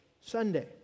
Sunday